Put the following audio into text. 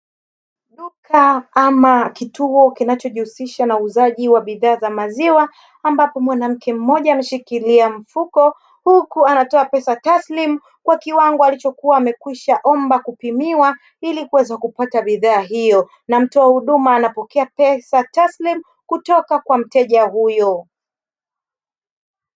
Duka ama kituo kinachojihusisha na uuzaji wa bidhaa za maziwa ambapo mwanamke mmoja ameshikilia mfuko, huku anatoa pesa taslim kwa kiwango alichokuwa amekwisha omba kupimiwa ili kuweza kupata bidhaa hiyo na mtoa huduma anapokea pesa taslim kutoka kwa mteja huyo.